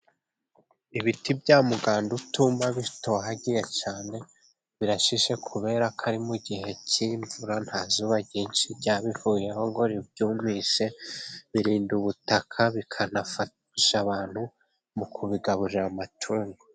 Ibiti bya mugandutuma bitohagiye cyane, birashishe kubera ko ari mu gihe cy'imvura, nta zuba ryinshi ryabivuyeho ngo ribyumishe birinda ubutaka, bikanafasha abantu mu kubigaburira amatungo.